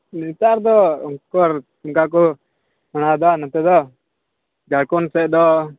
ᱱᱮᱛᱟᱨ ᱫᱚ ᱩᱠᱩᱨ ᱚᱱᱠᱟ ᱠᱚ ᱥᱮᱬᱟᱭᱮᱫᱟ ᱱᱚᱛᱮ ᱫᱚ ᱡᱟᱲᱠᱷᱚᱱᱰ ᱥᱮᱫ ᱫᱚ